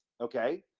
Okay